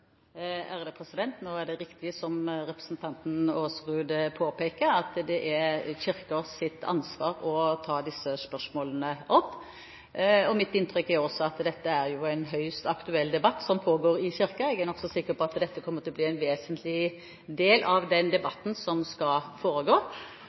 er riktig, som representanten Aasrud påpeker, at det er Kirkens ansvar å ta opp disse spørsmålene. Mitt inntrykk er også at dette er en høyst aktuell debatt som pågår i Kirken. Jeg er nokså sikker på at dette kommer til å bli en vesentlig del av den